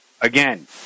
again